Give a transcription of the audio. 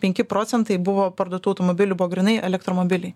penki procentai buvo parduotų automobilių buvo grynai elektromobiliai